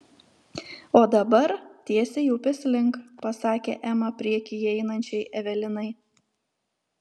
o dabar tiesiai upės link pasakė ema priekyje einančiai evelinai